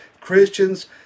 Christians